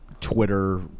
Twitter